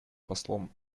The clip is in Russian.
послом